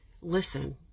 listen